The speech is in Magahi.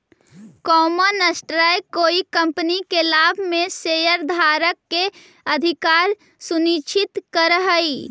कॉमन स्टॉक कोई कंपनी के लाभ में शेयरधारक के अधिकार सुनिश्चित करऽ हई